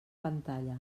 pantalla